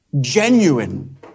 genuine